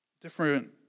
different